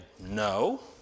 No